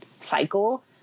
cycle